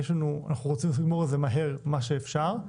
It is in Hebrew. אנחנו רוצים לגמור מהר את מה שאפשר,